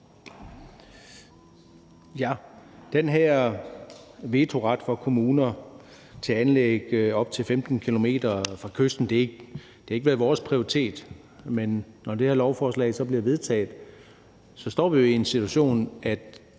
Den her vetoret for kommuner vedrørende anlæg op til 15 km fra kysten har ikke været vores prioritet, men når det her lovforslag så bliver vedtaget, står vi jo i en situation,